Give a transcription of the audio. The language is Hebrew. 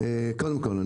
קודם כול,